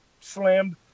slammed